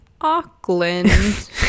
Auckland